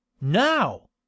now